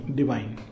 divine